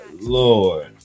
Lord